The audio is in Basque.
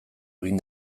egin